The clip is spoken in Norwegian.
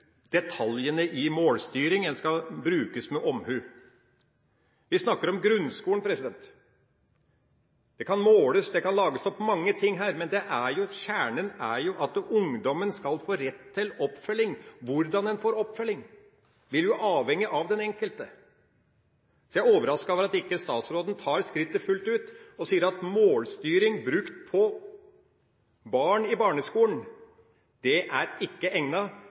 detaljene i målstyring, den skal brukes med omhu. Vi snakker om grunnskolen. Det kan måles og lages mange ting her, men kjernen er jo at ungdommen skal få rett til oppfølging. Hvordan en får oppfølging, vil jo avhenge av den enkelte. Jeg er overrasket over at statsråden ikke tar skrittet fullt ut og sier at målstyring brukt på barn i barneskolen ikke er